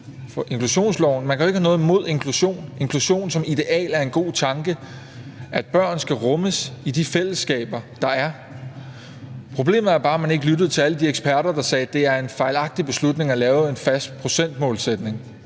Man kan jo ikke have noget imod inklusion; inklusion som ideal er en god tanke, nemlig at børn skal rummes i de fællesskaber, der er. Problemet er bare, at man ikke lyttede til alle de eksperter, der sagde: Det er en fejlagtig beslutning at lave en fast procentmålsætning.